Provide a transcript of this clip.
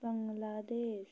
Bangladesh